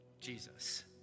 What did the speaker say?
Jesus